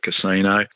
casino